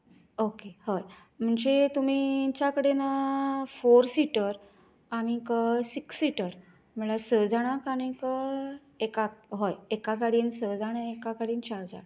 okay हय म्हणजे तुमी च्या कडेन फॉर सिटर आनीक सिक्स सिटर म्हळ्यार स जाणांक आनीक एकाक हय एकाक गाडयेन स जणां एका गाडयेन चार जाण